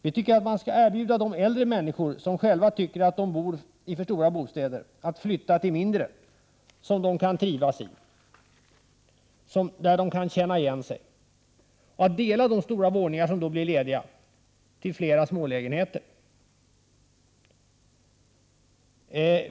Vi tycker att man skall erbjuda de äldre människor som själva tycker att de bor i för stora bostäder att flytta till mindre, där de kan trivas och där de kan känna igen sig. Vi tycker att man skall dela de stora våningar som därmed blir lediga till flera smålägenheter.